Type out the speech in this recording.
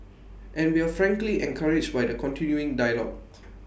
and we're frankly encouraged by the continuing dialogue